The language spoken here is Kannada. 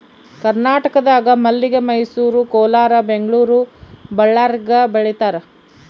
ಕರ್ನಾಟಕದಾಗ ಮಲ್ಲಿಗೆ ಮೈಸೂರು ಕೋಲಾರ ಬೆಂಗಳೂರು ಬಳ್ಳಾರ್ಯಾಗ ಬೆಳೀತಾರ